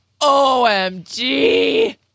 OMG